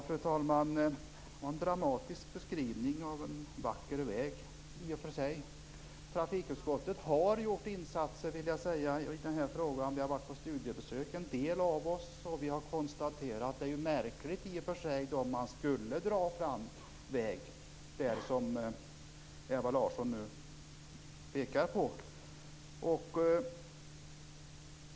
Fru talman! Det var en dramatisk beskrivning av en i och för sig vacker väg. Trafikutskottet har gjort insatser, vill jag säga, i den här frågan. Vi har varit på studiebesök, en del av oss. Vi har konstaterat att det i och för sig vore märkligt om man skulle dra fram en väg på det ställe som Ewa Larsson pekar på.